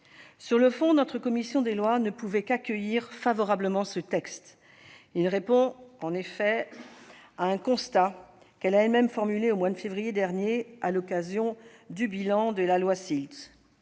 Sur le fond, notre commission des lois ne pouvait qu'accueillir favorablement ce texte, qui répond à un constat qu'elle avait elle-même dressé au mois de février dernier, à l'occasion du bilan de la loi SILT.